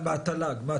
מהתל"ג.